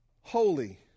holy